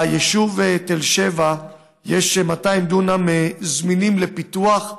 ליישוב תל שבע יש 200 דונם זמינים לפיתוח,